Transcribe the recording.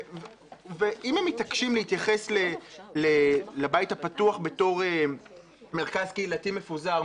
ואם הם מתעקשים להתייחס לבית הפתוח בתור מרכז קהילתי מפוזר,